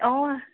অঁ